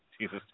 Jesus